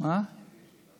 איזו ישיבה?